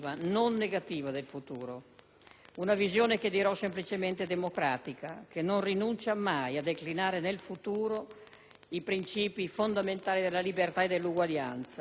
Una visione che dirò semplicemente democratica, che non rinuncia mai a declinare nel futuro i principi fondamentali della libertà e dell'uguaglianza, l'eredità più grande